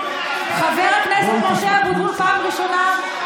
חבר הכנסת משה אבוטבול, פעם ראשונה.